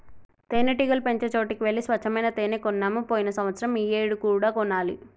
తేనెటీగలు పెంచే చోటికి వెళ్లి స్వచ్చమైన తేనే కొన్నాము పోయిన సంవత్సరం ఈ ఏడు కూడా పోవాలి